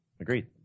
Agreed